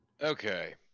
Okay